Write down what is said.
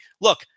Look